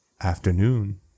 Afternoon